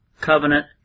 covenant